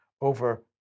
over